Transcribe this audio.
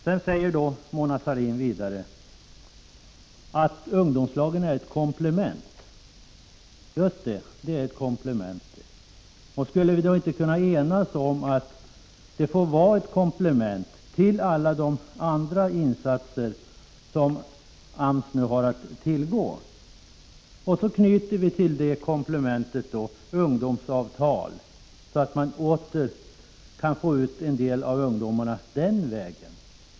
Vidare säger Mona Sahlin att ungdomslagen är ett komplement. Just det — de är ett komplement. Skulle vi då inte kunna enas om att de får vara ett komplement till alla de andra insatser som AMS gör. Till detta komplement bör vi sedan knyta ungdomsavtal, så att vi åter kan få ut en del av ungdomarna den vägen.